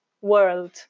world